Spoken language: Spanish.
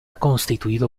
constituido